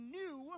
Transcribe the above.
new